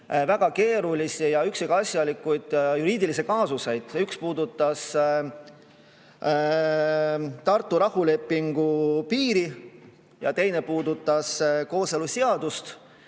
väga keerulisi ja üksikasjalikke juriidilisi kaasuseid. Üks puudutas Tartu rahulepingu piiri ja teine puudutas kooseluseadust.